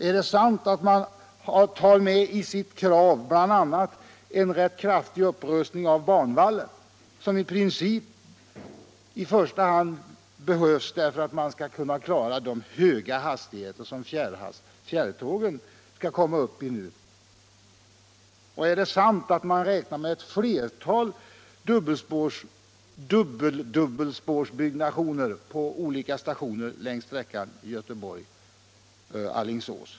Är det sant att man i sitt krav bl.a. tar med en rätt kraftig upprustning av banvallen, som i princip i första hand behövs för att man skall kunna klara de höga hastigheter som fjärrtågen skall komma upp i? Är det sant att man räknar med ett flertal dubbelspårsbyggnationer på olika stationer längs sträckan Göteborg-Alingsås?